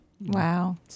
Wow